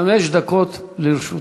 חמש דקות לרשותך.